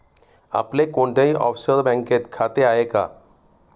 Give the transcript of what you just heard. आपले कोणत्याही ऑफशोअर बँकेत खाते आहे का?